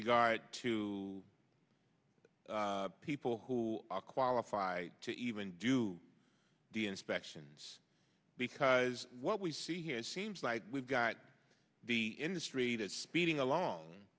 regard to people who are qualified to even do the inspections because what we see here it seems like we've got the industry that's speeding alon